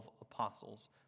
apostles